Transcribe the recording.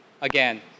again